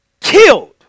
killed